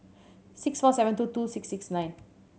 six four seven two two six six nine